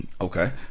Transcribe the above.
okay